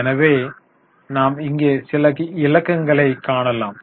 எனவே நாம் இங்கே சில இலக்கங்களைக் காணலாம்